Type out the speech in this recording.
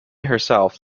herself